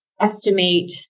estimate